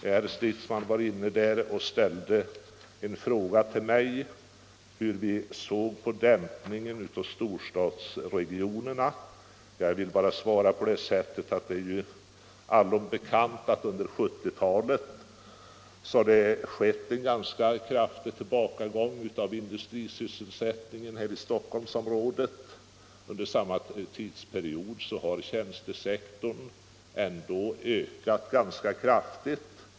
Herr Stridsman frågade mig hur vi ser på dämpningen av sysselsättningen i storstadsregionerna. Jag vill svara att det ju är allom bekant att det skett en tillbakagång av industrisysselsättningen i Stockholmsområdet; under samma tidsperiod har tjänstesektorn ökat ganska kraftigt.